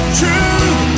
truth